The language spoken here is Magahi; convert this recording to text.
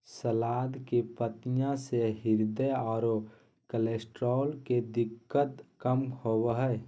सलाद के पत्तियाँ से हृदय आरो कोलेस्ट्रॉल के दिक्कत कम होबो हइ